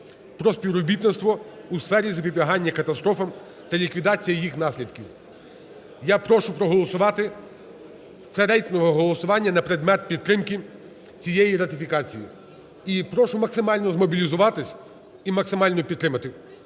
про співробітництво у сфері запобігання катастрофам та ліквідації їх наслідків. Я прошу проголосувати, це рейтингове голосування на предмет підтримки цієї ратифікації. І прошу максимально змобілізуватись і максимально підтримати.